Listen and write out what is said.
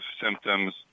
symptoms